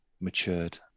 matured